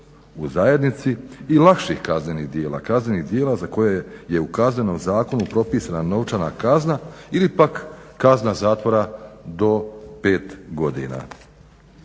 u zajednici i lakših kaznenih djela, kaznenih djela za koje je u Kaznenom zakonu propisana novčana kazna ili pak kazna zatvora do 5 godina.